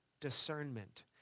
discernment